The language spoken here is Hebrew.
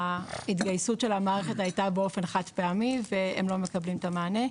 ההתגייסות של המערכת הייתה באופן חד פעמי והם לא מקבלים את המענה.